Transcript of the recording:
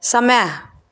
समय